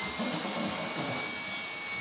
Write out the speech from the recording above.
my indian parents never taught me anything.